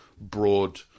broad